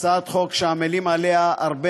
הצעת החוק שאני הולך להציג בפניכם היא הצעת חוק